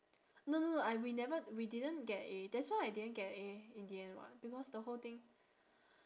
no no no I we never we didn't get A that's why I didn't get A in the end [what] because the whole thing